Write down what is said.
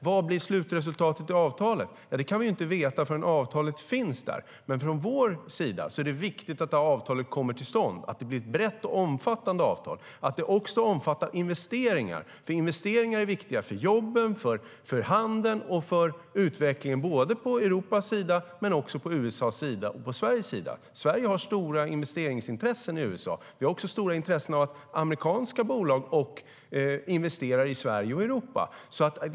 Vad blir slutresultatet i avtalet? Det kan vi inte veta förrän avtalet finns där. För oss är det viktigt att avtalet kommer till stånd och att det blir ett brett och omfattande avtal som också omfattar investeringar. Investeringar är viktiga för jobben, handeln och utvecklingen i Europa, USA och Sverige. Sverige har stora investeringsintressen i USA. Vi har också stort intresse av att amerikanska bolag investerar i Sverige och Europa.